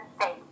state